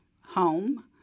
home